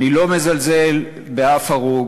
אני לא מזלזל באף הרוג,